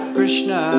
Krishna